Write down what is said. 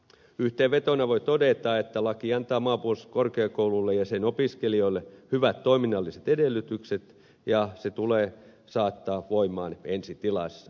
yhteenvetona voi todeta että laki antaa maanpuolustuskorkeakoululle ja sen opiskelijoille hyvät toiminnalliset edellytykset ja se tulee saattaa voimaan ensi tilassa